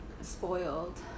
spoiled